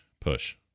Push